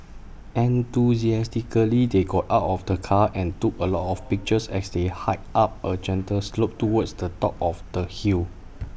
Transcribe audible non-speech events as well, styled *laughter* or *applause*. enthusiastically they got out of the car and took A lot *noise* of pictures as they hiked up A gentle slope towards the top of the hill